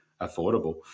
affordable